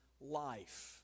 life